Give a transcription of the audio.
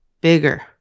Bigger